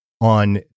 on